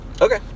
Okay